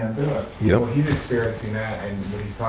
you know he's experiencing that and